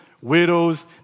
widows